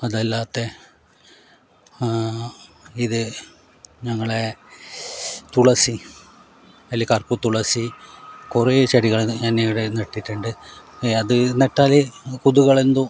അത് അല്ലാത്ത ഇത് ഞങ്ങളെ തുളസി അതിൽ കറുപ്പു തുളസി കുറേ ചെടികൾ ഞാൻ ഇവിടെ നട്ടിട്ടുണ്ട് അത് നട്ടാൽ കൊതുകുകളൊന്നും